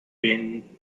been